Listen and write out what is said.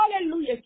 Hallelujah